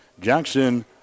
Jackson